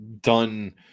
done